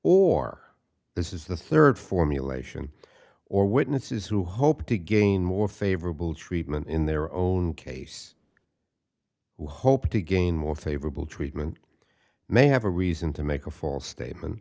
or this is the third formulation or witnesses who hope to gain more favorable treatment in their own case who hope to gain more favorable treatment may have a reason to make a false statement